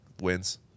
wins